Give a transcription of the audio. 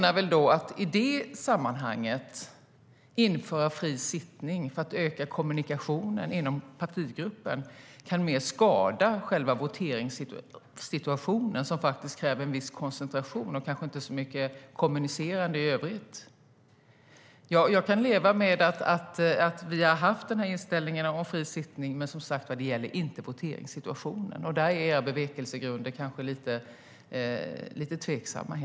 Att i det sammanhanget införa fri sittning för att öka kommunikationen inom partigruppen menar jag kan mer skada voteringssituationen, som kräver en viss koncentration och kanske inte så mycket kommunicerande i övrigt.